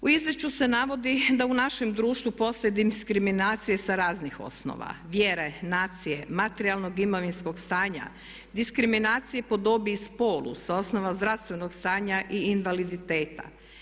U izvješću se navodi da u našem društvu postoje diskriminacije sa raznih osnova, vjere, nacije, materijalnog imovinskog stanja, diskriminacije po dobi i spolu sa osnova zdravstvenog stanja i invaliditeta.